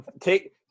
take